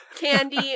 Candy